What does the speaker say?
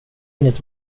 inget